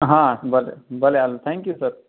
હા ભલે ભલે ચાલો થેંકયુ સર